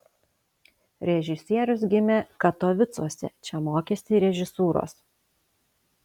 režisierius gimė katovicuose čia mokėsi režisūros